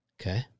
Okay